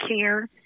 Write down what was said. care